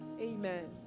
Amen